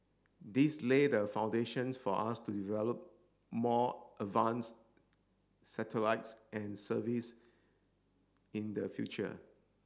this lay the foundations for us to develop more advanced satellites and service in the future